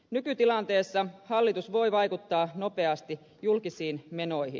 nykytilanteessa hallitus voi vaikuttaa nopeasti julkisiin menoihin